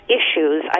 issues